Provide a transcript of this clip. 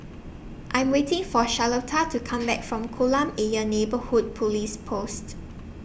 I'm waiting For Charlotta to Come Back from Kolam Ayer Neighbourhood Police Post